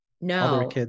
no